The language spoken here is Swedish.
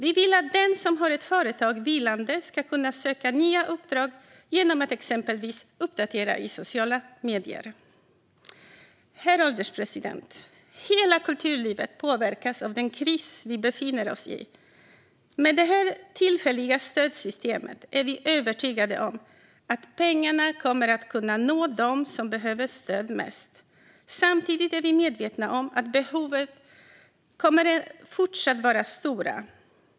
Vi vill att den som har ett företag vilande ska kunna söka nya uppdrag genom att exempelvis uppdatera i sociala medier. Herr ålderspresident! Hela kulturlivet påverkas av den kris vi befinner oss i. Med detta tillfälliga stödsystem är vi övertygade om att pengarna kommer att kunna nå dem som mest behöver stöd. Samtidigt är vi medvetna om att behoven fortsatt kommer att vara stora.